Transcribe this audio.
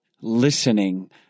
listening